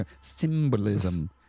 Symbolism